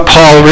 Paul